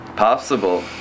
Possible